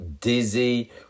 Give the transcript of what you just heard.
dizzy